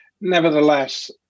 Nevertheless